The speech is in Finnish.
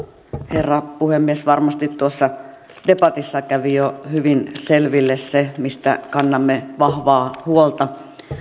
herra puhemies varmasti tuossa debatissa kävi jo hyvin selville se mistä kannamme vahvaa huolta